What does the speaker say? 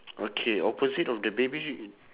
okay opposite of the baby